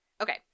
okay